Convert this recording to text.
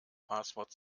passwort